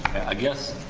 i guess